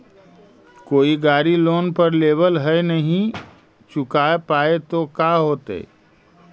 कोई गाड़ी लोन पर लेबल है नही चुका पाए तो का होतई?